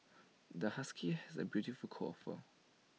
the husky has A beautiful coat of fur